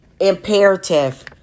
imperative